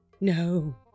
No